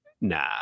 nah